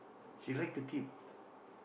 she like to keep